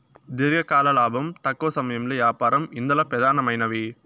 దీర్ఘకాలం లాబం, తక్కవ సమయంలో యాపారం ఇందల పెదానమైనవి